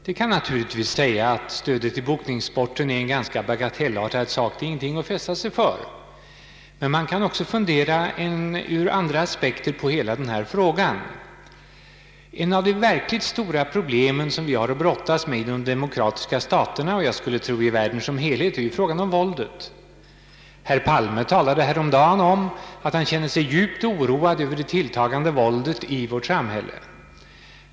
Det kan sägas att stödet till boxningssporten är ganska bagatellartat och inte någonting att fästa sig vid — vi kan också lägga andra aspekter på denna fråga. Ett av de verkligt stora problem som vi har att brottas med i de demokratiska staterna, och jag skulle tro i världen som helhet, är frågan om våldet. Herr Palme sade häromdagen att han kände sig djupt oroad över det tilltagande våldet i vårt samhälle.